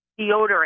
deodorant